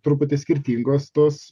truputį skirtingos tos